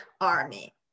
army